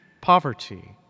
poverty